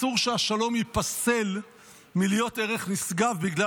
אסור שהשלום ייפסל מלהיות ערך נשגב בגלל